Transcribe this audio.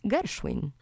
Gershwin